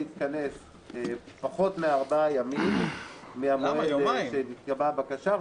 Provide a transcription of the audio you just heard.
להתכנס פחות מארבעה ימים ממועד הבקשה,